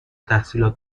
تحصیلات